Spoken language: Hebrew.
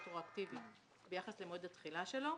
רטרואקטיבי ביחס למועד התחילה שלו,